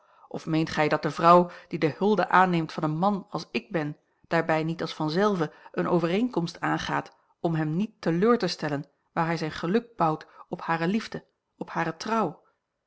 of meent gij dat de vrouw die de hulde aanneemt van een man als ik ben daarbij niet als vanzelve eene overeenkomst aangaat om hem niet teleur te stellen waar hij zijn geluk bouwt op hare liefde op hare trouw